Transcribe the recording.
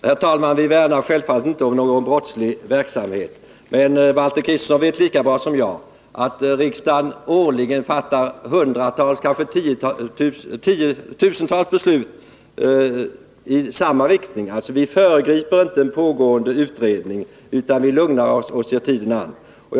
Herr talman! Vi värnar självfallet inte om någon brottslig verksamhet. Men Valter Kristenson vet lika bra som jag att riksdagen årligen fattar hundratals, kanske tusentals, beslut i samma riktning. Vi föregriper alltså inte en pågående utredning, utan vi lugnar oss och ser tiden an.